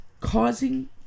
causing